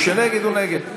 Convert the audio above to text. מי שנגד, הוא נגד.